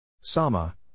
Sama